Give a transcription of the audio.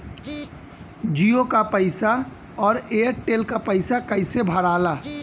जीओ का पैसा और एयर तेलका पैसा कैसे भराला?